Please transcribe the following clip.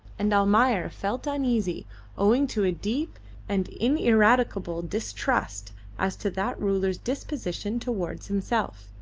and almayer felt uneasy owing to a deep and ineradicable distrust as to that ruler's disposition towards himself.